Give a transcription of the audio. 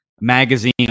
magazine